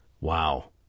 WOW